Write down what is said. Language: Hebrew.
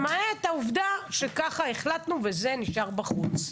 למעט העובדה שככה החלטנו וזה נשאר בחוץ.